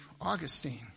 Augustine